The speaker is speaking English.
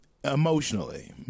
emotionally